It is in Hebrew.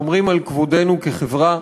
שומרים על כבודנו כחברה,